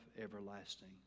everlasting